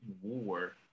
war